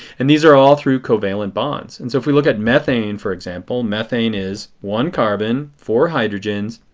and these are all through covalent bonds. and so if we look at methane for example, methane is one carbon, four hydrogens.